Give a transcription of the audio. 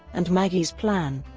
and maggie's plan.